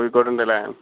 കോഴിക്കോടുണ്ട് അല്ലേ